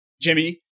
Jimmy